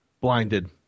blinded